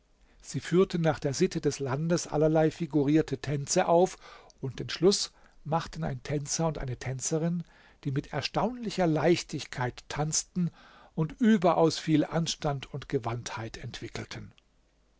sie führten nach der sitte des landes allerlei figurierte tänze auf und den schluß machten ein tänzer und eine tänzerin die mit erstaunlicher leichtigkeit tanzten und überaus viel anstand und gewandtheit entwickelten